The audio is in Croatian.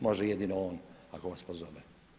Može jedino on ako vas pozove.